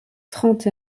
trente